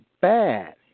bad